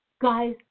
guys